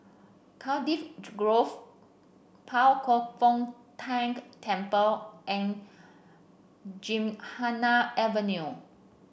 Cardiff Grove Pao Kwan Foh Tang Temple and Gymkhana Avenue